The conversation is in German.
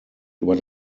über